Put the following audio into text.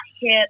hip